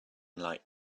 like